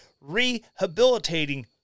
rehabilitating